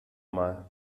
mal